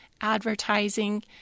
advertising